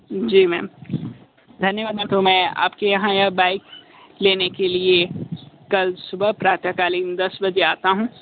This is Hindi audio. जी मैम धन्यवाद मैम तो मैं आपके यहाँ यह बाइक लेने के लिए कल सुबह प्रात कालीन दस बजे आता हूँ